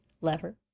Lever